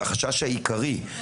החשש העיקרי כלומר,